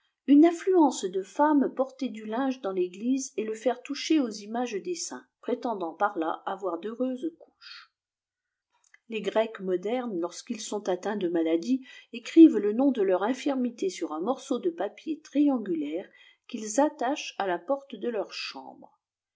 une affluence de femmes porter du linge dans l'église et le faire toucher aux images des saints prétendant par là avoir d'heureuses jcouches les grecs modernes lorsqu'ils sont atteints de maladie écrivent le nom de leur infirmité sur un morceau de papier triangulaire qu'ils attachent à la porte de leur chambre